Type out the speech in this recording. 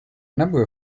number